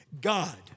God